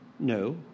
No